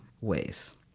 ways